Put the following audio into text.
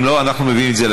אם לא, אנחנו